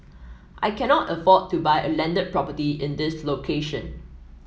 I cannot afford to buy a landed property in this location